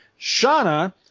Shauna